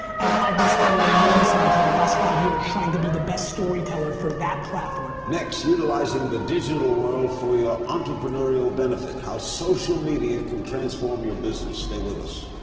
and i've been spending an enormous amount of time, the last five years, trying to be the best storyteller for that platform. next, utilizing the digital world for your entrepreneurial benefit. how social media can transform your business. stay with us.